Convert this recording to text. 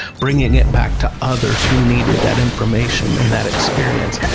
bringing it back to others who needed that information and that experience.